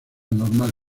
normal